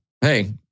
hey